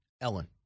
Ellen